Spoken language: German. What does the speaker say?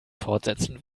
fortsetzen